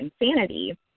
Insanity